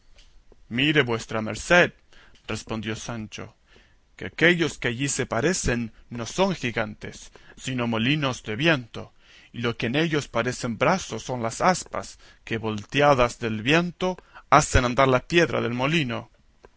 mire vuestra merced respondió sancho que aquellos que allí se parecen no son gigantes sino molinos de viento y lo que en ellos parecen brazos son las aspas que volteadas del viento hacen andar la piedra del molino